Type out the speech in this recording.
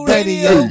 Radio